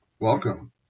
Welcome